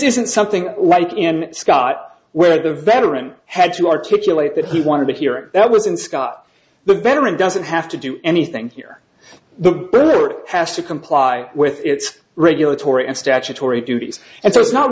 isn't something like in scott where the veteran had to articulate that he wanted to hear that was in scott the veteran doesn't have to do anything here the burner has to comply with its regulatory and statutory duties and so it's not